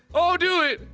oh do it!